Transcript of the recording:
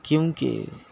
کیونکہ